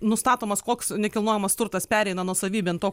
nustatomas koks nekilnojamas turtas pereina nuosavybėn to